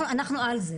אנחנו על זה.